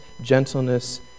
gentleness